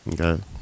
Okay